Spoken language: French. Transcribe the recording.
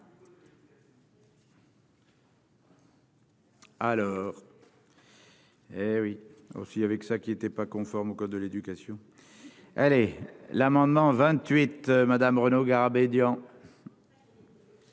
3. Oui, aussi, avec ça, qui n'étaient pas conformes au code de l'éducation. Allez l'amendement 28 Madame Renaud Garabédian.